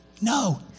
No